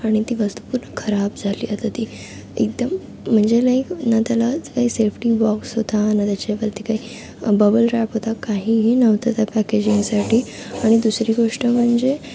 आणि ती वस्तू पूर्ण खराब झाली आहे आता ती एकदम म्हणजे लाईक न त्याला काही सेफ्टी बॉक्स होता न त्याच्यावरती काही बबलरॅप होता काहीही नव्हतं त्या पॅकेजिंगसाठी आणि दुसरी गोष्ट म्हणजे